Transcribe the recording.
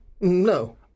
no